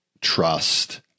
trust